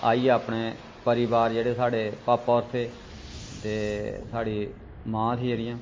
आइयै अपने परोआर जेह्ड़े साढ़े भापा होर हे ते साढ़ी मां ही जेहड़ियां